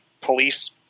police